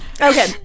Okay